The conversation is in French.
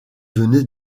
venait